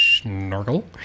Snorkel